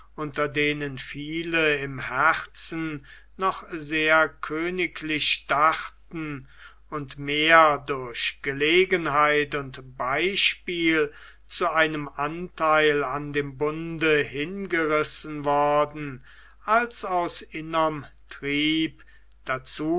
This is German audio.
unter denen viele im herzen noch sehr königlich dachten und mehr durch gelegenheit und beispiel zu einem antheil an dem bunde hingerissen worden als aus innerm trieb dazu